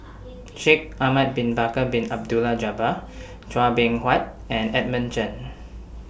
Shaikh Ahmad Bin Bakar Bin Abdullah Jabbar Chua Beng Huat and Edmund Chen